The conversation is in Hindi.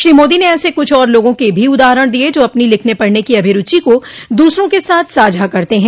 श्री मोदी ने ऐसे कुछ और लोगों के भी उदाहरण दिये जो अपनो लिखने पढ़ने की अभिरूचि को दूसरों के साथ साझा करते हैं